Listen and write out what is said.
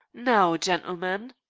now, gentlemen,